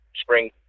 spring